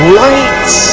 lights